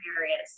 areas